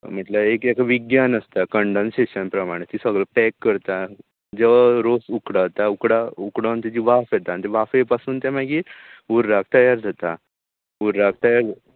म्हटल्यार एक असो विज्ञान आसता कन्डेनसेशन प्रमाणे ती सगळें पॅक करता जो रोस उकडता उकड उकडोन तेची वाफ येता आनी तेचे वाफे पासून तें मागीर हुर्राक तयार जाता हुर्राक तयार जाता